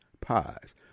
pies